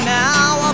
now